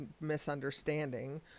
misunderstanding